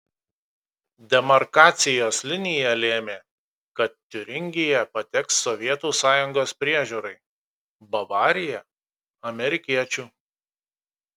demarkacijos linija lėmė kad tiuringija pateks sovietų sąjungos priežiūrai bavarija amerikiečių